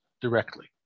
directly